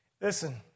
Listen